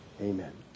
Amen